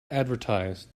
advertise